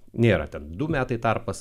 nėra ten du metai tarpas